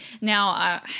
now